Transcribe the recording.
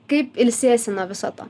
kaip ilsiesi nuo viso to